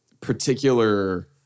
particular